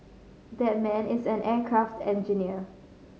that man is an aircraft engineer